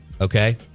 Okay